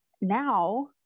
Now